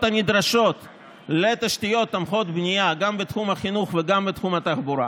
הנדרשות לתשתיות תומכות בנייה גם בתחום החינוך וגם בתחום התחבורה,